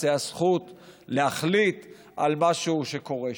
הייתה זכות להחליט על משהו שקורה שם.